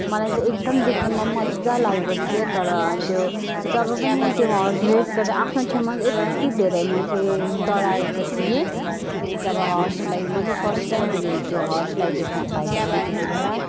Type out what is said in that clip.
मलाई चाहिँ एकदम देख्नुमा पनि मज्जा लागेको थियो तर त्यो जब पनि त्यो हर्स रेस गरेर आफ्नो छेउमा यत्ति धेरै म चाहिँ डराएको थिएँ जब हर्सलाई म चाहिँ फर्स्ट टाइम मैले त्यो हर्सलाई देख्न पाएको थिएँ त्यतिबेला